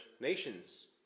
nations